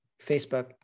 Facebook